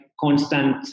constant